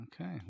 Okay